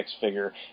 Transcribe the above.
figure